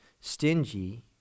stingy